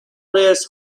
this